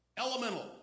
elemental